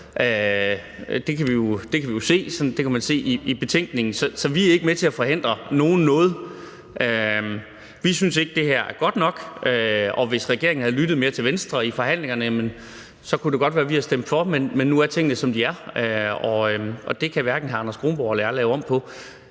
Det kan man jo se i betænkningen. Så vi er ikke med til at forhindre nogen i noget. Vi synes ikke, det her er godt nok, og hvis regeringen havde lyttet mere til Venstre i forhandlingerne, kunne det godt være, at vi havde stemt for, men nu er tingene, som de er, og det kan hverken hr. Anders Kronborg eller jeg lave om på.